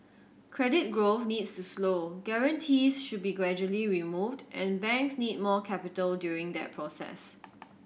credit growth needs to slow guarantees should be gradually removed and banks need more capital during that process